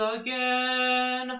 again